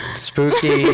spooky!